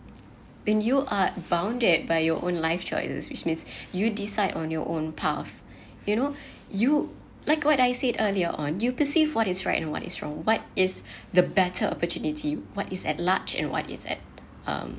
when you are bounded by your own life choices which means you decide on your own path you know you like what I said earlier on you perceive what is right and what is wrong what is the better opportunity what is at large in what is at um